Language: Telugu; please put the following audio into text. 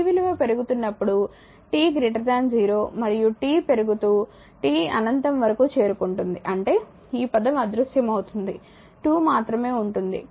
t విలువ పెరుగుతున్నప్పుడు t0 మరియు t పెరుగుతూ t అనంతం వరకు చేరుకుంటుంది అంటే ఈ పదం అదృశ్యమవుతుంది 2 మాత్రమే ఉంటుంది